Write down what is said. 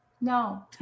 No